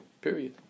Period